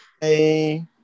Hey